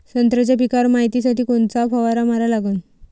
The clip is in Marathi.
संत्र्याच्या पिकावर मायतीसाठी कोनचा फवारा मारा लागन?